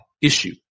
issue